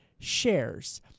Shares